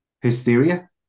Hysteria